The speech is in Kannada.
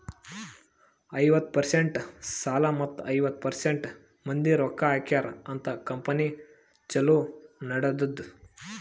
ಐವತ್ತ ಪರ್ಸೆಂಟ್ ಸಾಲ ಮತ್ತ ಐವತ್ತ ಪರ್ಸೆಂಟ್ ಮಂದಿ ರೊಕ್ಕಾ ಹಾಕ್ಯಾರ ಅಂತ್ ಕಂಪನಿ ಛಲೋ ನಡದ್ದುದ್